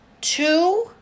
two